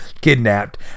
kidnapped